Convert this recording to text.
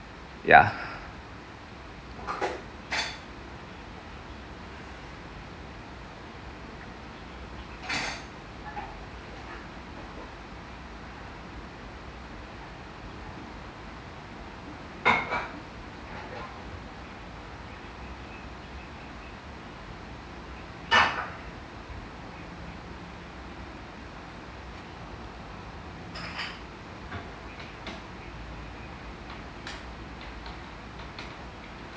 yeah